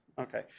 okay